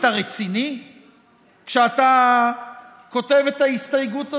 אתה רציני כשאתה כותב את ההסתייגות הזו?